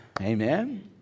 Amen